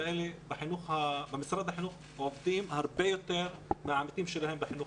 בחינוך הערבי במשרד החינוך עובדים הרבה יותר מהעמיתים שלהם בחינוך